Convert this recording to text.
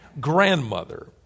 grandmother